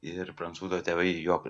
ir prancūzo tėvai jo